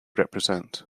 represent